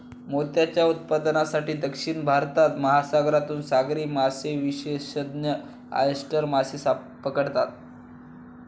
मोत्यांच्या उत्पादनासाठी, दक्षिण भारतात, महासागरातून सागरी मासेविशेषज्ञ ऑयस्टर मासे पकडतात